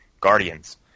Guardians